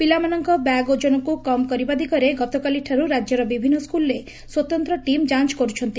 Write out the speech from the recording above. ପିଲାମାନଙ୍କ ବ୍ୟାଗ୍ ଓଜନକୁ କମ୍ କରିବା ଦିଗରେ ଗତକାଲିଠାରୁ ରାଜ୍ୟର ବିଭିନ୍ନ ସ୍କୁଲ୍ରେ ସ୍ୱତନ୍ତ ଟିମ୍ ଯାଅ କରୁଛନ୍ତି